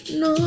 no